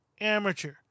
amateur